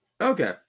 Okay